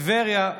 טבריה,